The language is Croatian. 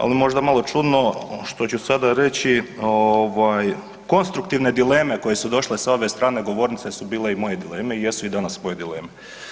Ali možda je malo čudno što ću sada reći ovaj konstruktivne dileme koje su došle sa ove strane govornice su bile i moje dileme i jesu i danas moje dileme.